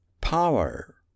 Power